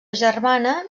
germana